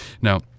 Now